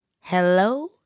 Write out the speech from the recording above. hello